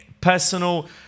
personal